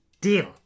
deal